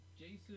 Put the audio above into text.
Jason